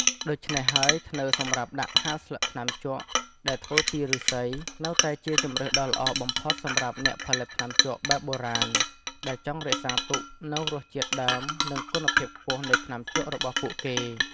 ដូច្នេះហើយ ធ្នើរសម្រាប់ដាក់ហាលស្លឹកថ្នាំជក់ដែលធ្វើពីឬស្សី នៅតែជាជម្រើសដ៏ល្អបំផុតសម្រាប់អ្នកផលិតថ្នាំជក់បែបបុរាណ ដែលចង់រក្សាទុកនូវរសជាតិដើម និងគុណភាពខ្ពស់នៃថ្នាំជក់របស់ពួកគេ។